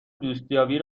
دوستیابی